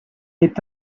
est